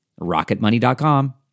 rocketmoney.com